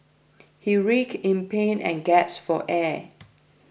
he rick in pain and gaps for air